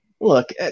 look